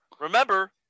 Remember